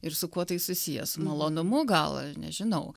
ir su kuo tai susiję su malonumu gal nežinau